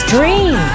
Dream